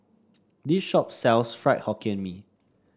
this shop sells Fried Hokkien Mee